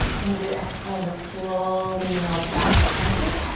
use your exhale to slowly melt back to center.